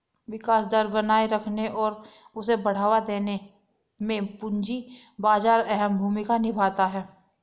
विकास दर बनाये रखने और उसे बढ़ावा देने में पूंजी बाजार अहम भूमिका निभाता है